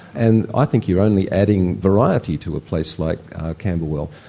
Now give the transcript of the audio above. and i think you're only adding variety to a place like camberwell.